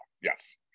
Yes